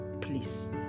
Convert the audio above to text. please